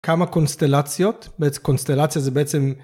כמה קונסטלציות, קונסטלציה זה בעצם.